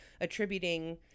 attributing